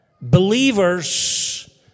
Believers